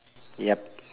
yup